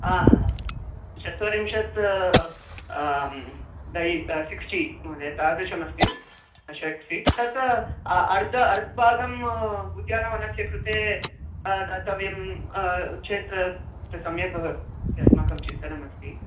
हा चत्वारिंशत् सिक्स्टि महोदय तादृशमस्ति षट् फ़ीट् तत् अर्धः अर्धभागः उद्यानवनस्य कृते दातव्यं चेत् सम्यक् भवति अस्माकं चिन्तनमस्ति